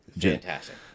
Fantastic